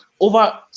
Over